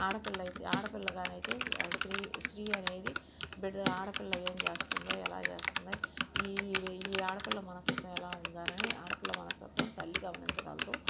ఆడపిల్ల అయితే ఆడపిల్లగానైతే స్త్రీ స్త్రీ అనేది బిడ్డ ఆడపిల్ల ఏం చేస్తుంది ఎలా చేస్తుంది ఈ ఈ ఆడపిల్ల మనస్తత్వం ఎలా ఉందనని ఆడపిల్ల మనస్తత్వం తల్లి గమనించగలదు